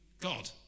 God